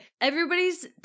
everybody's